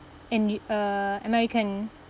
an uh american